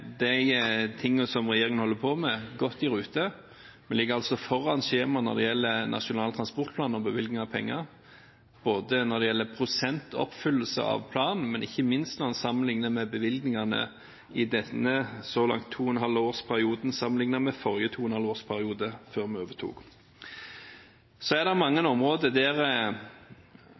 de tingene som regjeringen holder på med, godt i rute. Vi ligger foran skjema når det gjelder Nasjonal transportplan og bevilgningen av penger, når det gjelder prosentoppfyllelse av planen, og ikke minst når man sammenlikner bevilgningene så langt i denne to og et halvt årsperioden med bevilgningene i forrige to og et halvt årsperiode før vi overtok. Så er det mange områder der